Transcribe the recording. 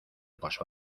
pasó